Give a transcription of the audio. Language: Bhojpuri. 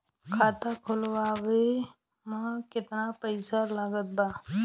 खाता खुलावे म केतना पईसा लागत बा?